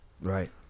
right